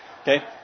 okay